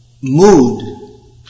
mood